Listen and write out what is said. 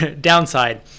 Downside